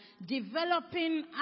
developing